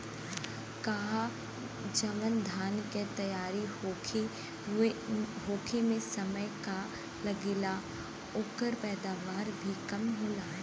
का जवन धान के तैयार होखे में समय कम लागेला ओकर पैदवार भी कम होला?